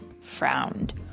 frowned